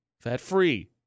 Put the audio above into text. fat-free